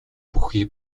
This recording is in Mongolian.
бүхий